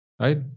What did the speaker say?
right